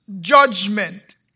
judgment